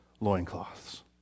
loincloths